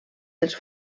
dels